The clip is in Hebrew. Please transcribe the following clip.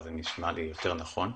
זה נשמע לי יותר נכון.